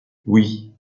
oui